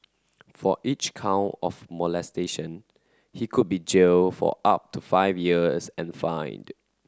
for each count of molestation he could be jailed for up to five years and fined